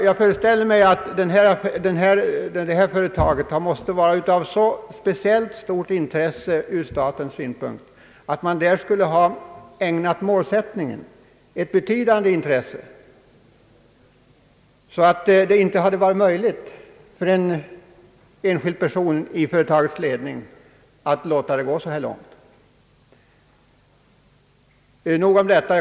Jag föreställer mig att detta företag måste vara av sådant speciellt stort intresse ur statens synpunkt, att man skulle ha ägnat målsättningen ett betydande intresse, så att det inte hade varit möjligt för en enskild person i företagets ledning att låta det gå så här långt. Nog sagt om detta.